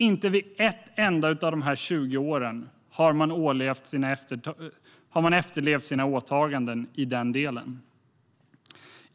Inte under ett enda av dessa 20 år har de efterlevt sina åtaganden i den delen.